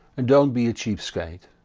and don't be a cheapskate.